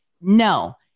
No